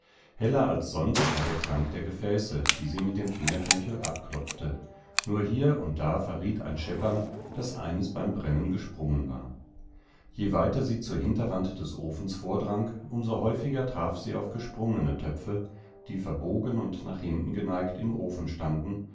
heller als sonst war der klang der gefäße die sie mit dem fingerknöchel abklopfte nur hier und da verriet ein scheppern daß eines beim brennen gesprungen war je weiter sie zur hinterwand des ofens vordrang um so häufiger traf sie auf gesprungene töpfe die verbogen und nach hinten geneigt im ofen standen